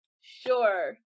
Sure